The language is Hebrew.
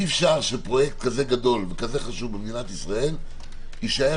אי-אפשר שעניין כזה גדול וחשוב במדינת ישראל יישאר